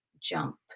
jump